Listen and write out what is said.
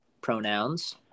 pronouns